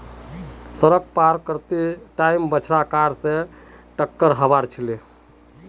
सड़क पार कर त टाइम बछड़ा कार स टककर हबार छिले